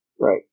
Right